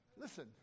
Listen